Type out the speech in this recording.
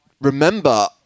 remember